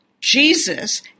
Jesus